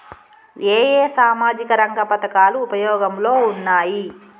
ఏ ఏ సామాజిక రంగ పథకాలు ఉపయోగంలో ఉన్నాయి?